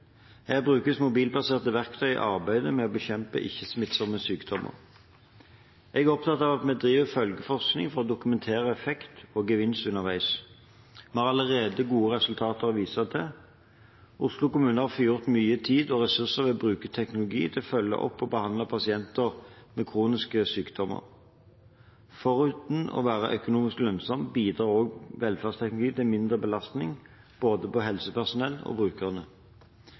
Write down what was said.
brukes mobilbaserte verktøy i arbeidet med å bekjempe ikke-smittsomme sykdommer. Jeg er opptatt av at vi driver følgeforskning for å dokumentere effekt og gevinst underveis. Vi har allerede gode resultater å vise til. Oslo kommune har frigjort mye tid og ressurser ved å bruke teknologi til å følge opp og behandle pasienter med kroniske sykdommer. Foruten å være økonomisk lønnsom bidrar også velferdsteknologi til mindre belastning på både helsepersonell og brukerne.